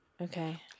Okay